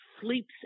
sleeps